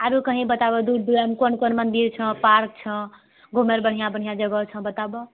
आरो कनि बताबहो दूर दूरमे कोन कोन मन्दिर छौं पार्क छौं घुमय लऽ बढ़िया बढ़िया जगह छौं बताबऽ